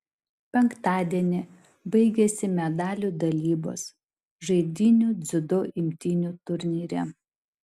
penktadienį baigėsi medalių dalybos žaidynių dziudo imtynių turnyre